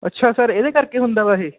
ਅੱਛਾ ਸਰ ਇਹਦੇ ਕਰਕੇ ਹੁੰਦਾ ਵਾ ਇਹ